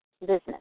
business